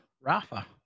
Rafa